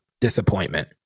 disappointment